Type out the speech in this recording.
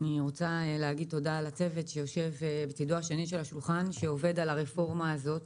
אני רוצה להגיד תודה לצוות שעובד על הרפורמה הזאת